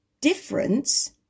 difference